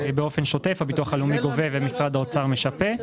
הביטוח הלאומי גובה ומשרד האוצר משפה,